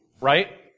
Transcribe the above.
Right